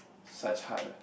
such heart ah